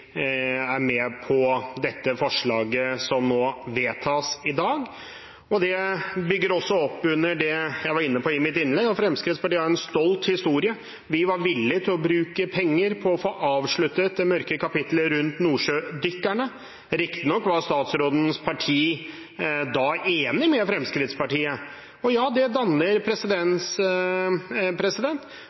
er med på dette forslaget som nå vedtas i dag. Det bygger også opp under det jeg var inne på i mitt innlegg, at Fremskrittspartiet har en stolt historie; vi var villige til å bruke penger på å få avsluttet det mørke kapittelet rundt nordsjødykkerne. Riktig nok var statsrådens parti da enig med Fremskrittspartiet. Og ja, det danner presedens,